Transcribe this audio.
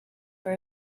for